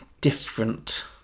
Different